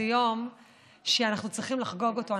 זה יום שאנחנו צריכים לחגוג אותו,